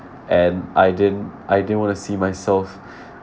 and I didn't I didn't wanna see myself